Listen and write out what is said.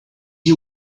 you